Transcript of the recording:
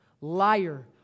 liar